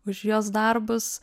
už jos darbus